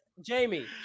Jamie